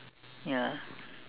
ya